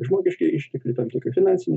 žmogiškieji ištekliai tam tikri finansiniai